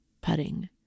putting